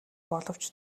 боловч